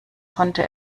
konnte